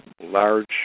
large